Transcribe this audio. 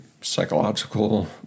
psychological